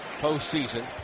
postseason